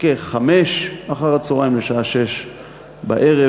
17:00 לשעה 18:00,